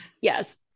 Yes